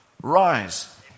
rise